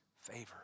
favor